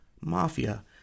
mafia